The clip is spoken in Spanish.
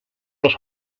los